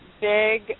Big